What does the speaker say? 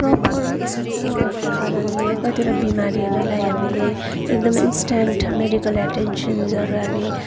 proper नभएको कारणले कतिवटा बिमारीहरूलाई हामीले एकदमै इन्सटान्ट मेडिकल एटेन्सनहरू हामी